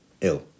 ill